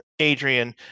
Adrian